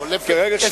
לא,